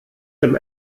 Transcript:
dem